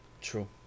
True